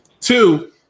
Two